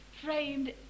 framed